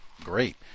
great